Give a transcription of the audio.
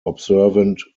observant